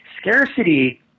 scarcity